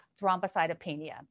thrombocytopenia